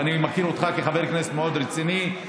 ואני מכיר אותך כחבר כנסת מאוד רציני,